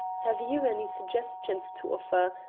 have you any suggestions to offer?